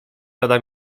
rada